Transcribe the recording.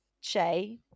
Shay